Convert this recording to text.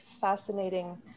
fascinating